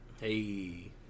Hey